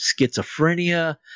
schizophrenia